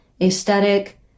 aesthetic